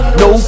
no